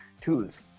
tools